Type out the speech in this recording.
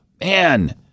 man